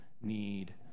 need